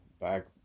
back